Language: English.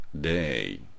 day